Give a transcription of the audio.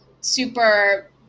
super